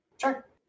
Sure